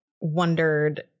wondered